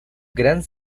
gran